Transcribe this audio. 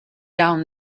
down